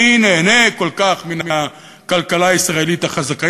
מי נהנה כל כך מן הכלכלה הישראלית החזקה?